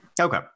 okay